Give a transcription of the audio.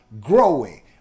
growing